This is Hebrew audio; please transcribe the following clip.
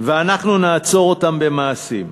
ואנחנו נעצור אותם במעשים.